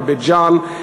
בבית-ג'ן,